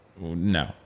no